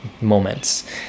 moments